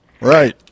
Right